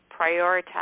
prioritize